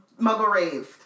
muggle-raised